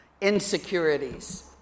insecurities